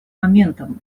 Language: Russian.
моментом